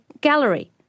gallery